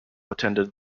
attended